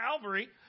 Calvary